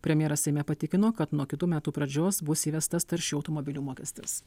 premjeras seime patikino kad nuo kitų metų pradžios bus įvestas taršių automobilių mokestis